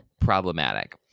problematic